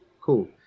Cool